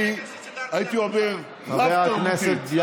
לסחטנות היא, הייתי אומר, רב-תרבותית.